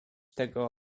tego